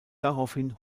daraufhin